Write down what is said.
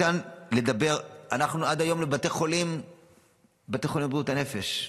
לגבי בתי החולים לבריאות הנפש,